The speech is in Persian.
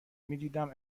میدیدم